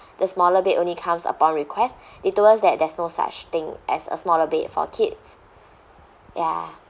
the smaller bed only comes upon request they told us that there's no such thing as a smaller bed for kids ya